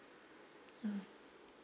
mm